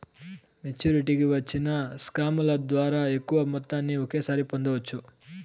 మెచ్చురిటీకి వచ్చిన స్కాముల ద్వారా ఎక్కువ మొత్తాన్ని ఒకేసారి పొందవచ్చు